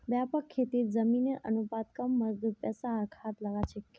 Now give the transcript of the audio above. व्यापक खेतीत जमीनेर अनुपात कम मजदूर पैसा आर खाद लाग छेक